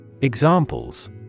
Examples